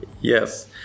Yes